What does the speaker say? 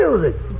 music